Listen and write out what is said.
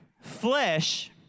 Flesh